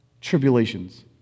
tribulations